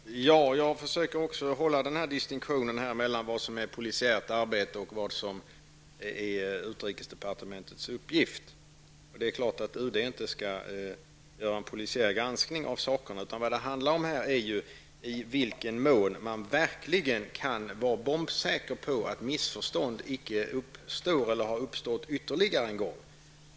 Herr talman! Jag försöker också hålla distinktionen mellan vad som är polisiärt arbete och vad som är utrikesdepartementets uppgift. Det är klart att UD inte skall göra en polisiär granskning. Vad det handlar om här är i vilken mån man verkligen kan vara bombsäker på att missförstånd icke uppstår eller har uppstått ytterligare en gång.